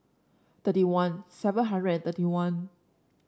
thirty one seven hundred and thirty one